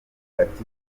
latif